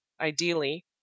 ideally